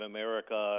America